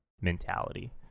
mentality